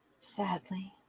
Sadly